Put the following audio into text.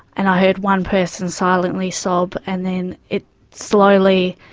and i heard one person silently sob, and then it slowly,